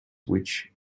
which